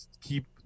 keep